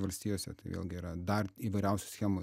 valstijose tai vėlgi yra dar įvairiausių schemų